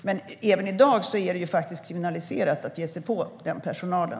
Men även i dag är det faktiskt kriminaliserat att ge sig på den personalen.